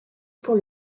pour